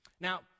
Now